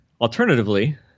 alternatively